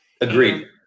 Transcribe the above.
Agreed